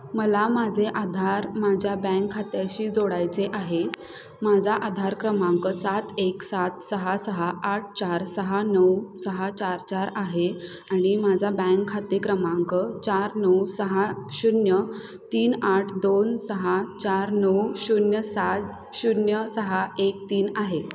मला माझे आधार माझ्या बँक खात्याशी जोडायचे आहे माझा आधार क्रमांक सात एक सात सहा सहा आठ चार सहा नऊ सहा चार चार आहे आणि माझा बँक खाते क्रमांक चार नऊ सहा शून्य तीन आठ दोन सहा चार नऊ शून्य सात शून्य सहा एक तीन आहे